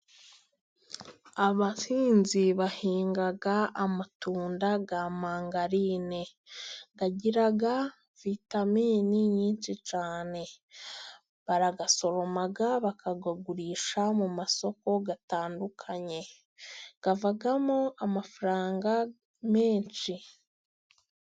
Abahinzi bahinga amatunda ya mangarine. Agira vitamini nyinshi cyane， barayasoroma，bakayagurisha mu masoko atandukanye， avamo amafaranga menshi.